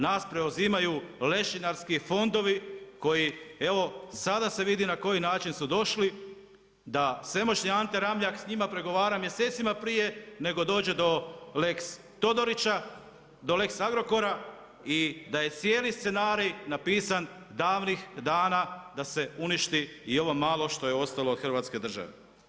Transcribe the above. Nas preuzimaju lešinarski fondovi, koji evo, sada se vidi na koji način su došli, da svemoćni Ante Ramljak, s njima pregovora mjesecima prije nego dođe do lex Todorića, do lex Agrokora i da je cijeli scenarij napisan davnih dana, da se uništi i ovo malo što je ostalo od Hrvatske države.